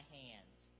hands